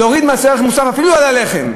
להוריד מס ערך מוסף, אפילו על הלחם,